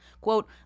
Quote